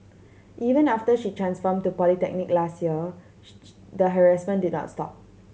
even after she transferred to polytechnic last year the harassment did not stop